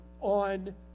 on